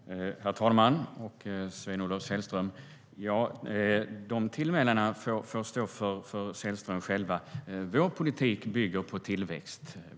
STYLEREF Kantrubrik \* MERGEFORMAT Statliga företagHerr talman och Sven-Olof Sällström! Dessa tillmälen får stå för Sällström själv. Vår politik bygger på tillväxt.